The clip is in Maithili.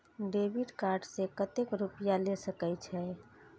डेबिट कार्ड से कतेक रूपया ले सके छै?